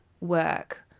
work